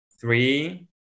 Three